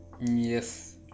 yes